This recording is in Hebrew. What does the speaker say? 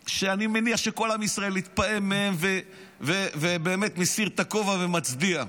בצורה שאני מניח שכל עם ישראל התפעם מהם ובאמת מסיר את הכובע ומצדיע.